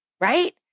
right